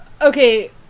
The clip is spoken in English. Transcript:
Okay